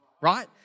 right